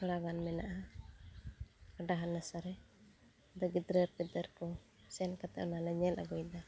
ᱛᱷᱚᱲᱟᱜᱟᱱ ᱢᱮᱱᱟᱜᱼᱟ ᱜᱚᱰᱟ ᱦᱟᱱᱟᱥᱟᱨᱮ ᱜᱤᱫᱽᱨᱟᱹ ᱯᱤᱫᱽᱨᱟᱹᱠᱚ ᱥᱮᱱᱠᱟᱛᱮ ᱚᱱᱟᱞᱮ ᱧᱮᱞ ᱟᱹᱜᱩᱭᱫᱟ